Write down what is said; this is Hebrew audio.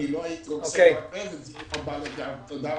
תודה רבה.